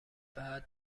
بعد